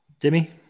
Demi